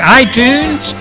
iTunes